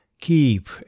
Keep